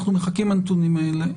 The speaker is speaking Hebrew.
אנחנו מחכים לנתונים האלה,